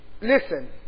Listen